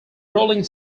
rolling